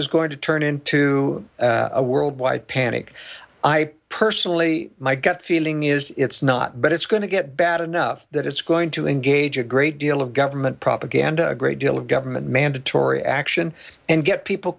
is going to turn into a worldwide panic i personally my gut feeling is it's not but it's going to get bad enough that it's going to engage a great deal of government propaganda a great deal of government mandatory action and get people